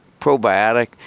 probiotic